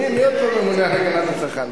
מי עוד פה ממונה על הגנת הצרכן?